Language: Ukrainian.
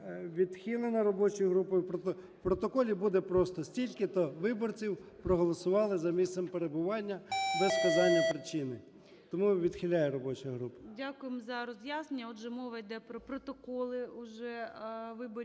відхилена робочою групою. В протоколі буде просто: стільки-то виборців проголосували за місцем перебування, без вказання причини. Тому відхиляє робоча група. ГОЛОВУЮЧИЙ. Дякуємо за роз'яснення. Отже, мова іде про протоколи вже виборів